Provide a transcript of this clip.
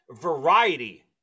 variety